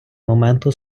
моменту